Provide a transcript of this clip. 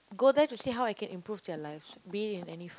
go there to see how I can improve their lives be it in any f~